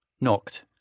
knocked